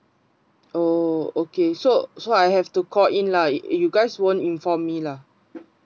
oh okay so so I have to call in lah you guys won't inform me lah